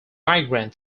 migrant